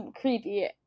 creepy